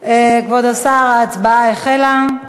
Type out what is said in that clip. כבוד השר, ההצבעה החלה.